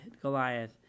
Goliath